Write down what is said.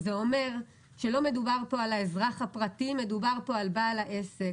זה אומר שלא מדובר כאן על האזרח הפרטי אלא מדובר כאן על בעל העסק.